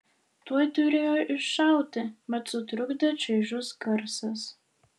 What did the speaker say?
tuoj turėjo iššauti bet sutrukdė čaižus garsas